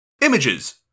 Images